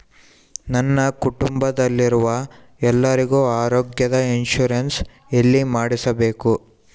ನನ್ನ ಕುಟುಂಬದಲ್ಲಿರುವ ಎಲ್ಲರಿಗೂ ಆರೋಗ್ಯದ ಇನ್ಶೂರೆನ್ಸ್ ಎಲ್ಲಿ ಮಾಡಿಸಬೇಕು?